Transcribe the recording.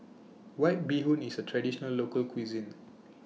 White Bee Hoon IS A Traditional Local Cuisine